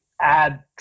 add